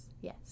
Yes